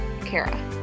Kara